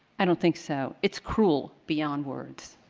i don't think so, it's cruel beyond words.